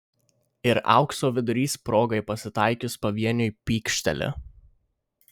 ir aukso vidurys progai pasitaikius pavieniui pykšteli